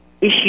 issue